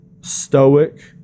stoic